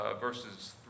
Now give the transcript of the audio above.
verses